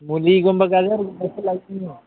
ꯃꯨꯂꯤꯒꯨꯝꯕ ꯒꯖꯔꯒꯨꯝꯕꯁꯨ ꯂꯩꯒꯅꯤ